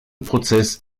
prozess